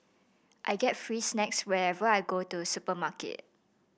I get free snacks whenever I go to the supermarket